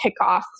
kickoff